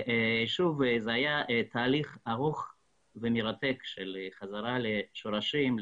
זה היה תהליך ארוך ומרתק של חזרה לשורשים,